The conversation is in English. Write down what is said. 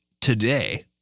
today